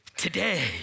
Today